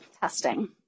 testing